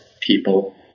people